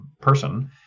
person